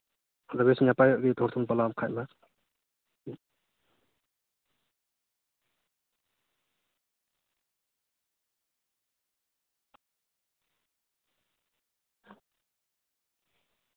ᱟᱫᱚ ᱵᱮᱥ ᱱᱟᱯᱟᱭᱚᱜ ᱜᱮᱭᱟ ᱡᱷᱚᱛᱚ ᱦᱚᱲ ᱛᱮᱵᱚᱱ ᱯᱟᱞᱟᱣ ᱞᱮᱠᱷᱟᱱ ᱢᱟ